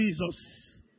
Jesus